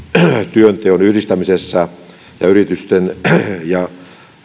työnteon yhdistämisessä sekä yrittäjyyden ja